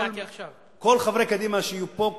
כל חברי קדימה שיהיו פה,